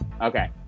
okay